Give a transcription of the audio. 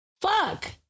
Fuck